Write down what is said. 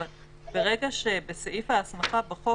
אבל ברגע שבסעיף ההסמכה בחוק